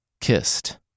kissed